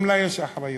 גם לה יש אחריות.